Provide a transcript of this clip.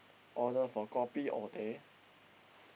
order for kopi or teh